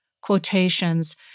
quotations